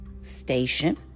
station